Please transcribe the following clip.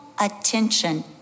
attention